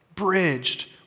bridged